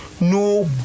No